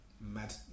mad